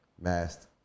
masked